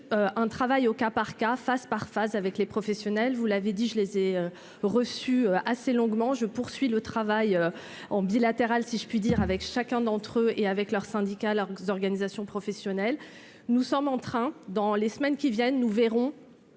un travail au cas par cas, phase par phase avec les professionnels, vous l'avez dit, je les ai reçus assez longuement, je poursuis le travail en bilatéral, si je puis dire, avec chacun d'entre eux et avec leur syndicat leurs organisation professionnelle, nous sommes en train dans les semaines qui viennent, nous verrons